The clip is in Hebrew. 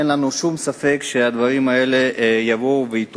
אין לנו שום ספק שהדברים האלה יטופלו,